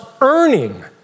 earning